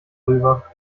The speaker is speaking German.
rüber